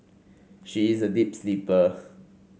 she is a deep sleeper